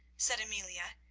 said amelia,